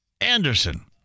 Anderson